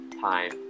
time